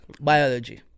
Biology